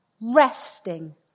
resting